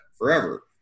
forever